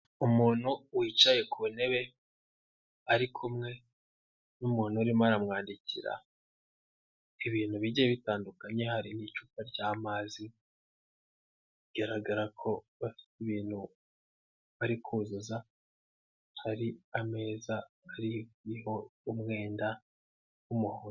Umuntu wicaye ku ntebe ari kumwe n'umuntu urimo aramwandikira ibintu bigiye bitandukanye, hari n'icupa ry'amazi bigaragara ko bafite ibintu bari kuzuza, hari ameza ariho umwenda w'umuhondo.